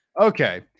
Okay